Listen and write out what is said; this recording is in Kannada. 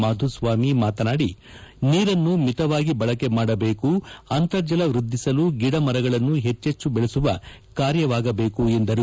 ಮಾಧುಸ್ವಾಮಿ ಮಾತನಾದಿ ನೀರನ್ನು ಮಿತವಾಗಿ ಬಳಕೆ ಮಾಡಬೇಕು ಅಂತರ್ಜಲ ವೃದ್ದಿಸಲು ಗಿಡ ಮರಗಳನ್ನು ಹೆಚ್ಚೆಚ್ಚು ಬೆಳೆಸುವ ಕಾರ್ಯವಾಗಬೇಕು ಎಂದರು